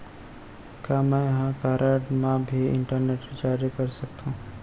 का मैं ह कारड मा भी इंटरनेट रिचार्ज कर सकथो